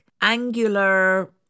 angular